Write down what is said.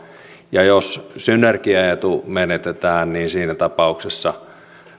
ja jos synergiaetu menetetään niin siinä tapauksessa